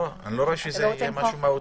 אני לא רואה שזה מהותי.